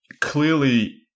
clearly